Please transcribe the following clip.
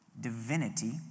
divinity